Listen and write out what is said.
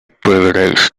privilege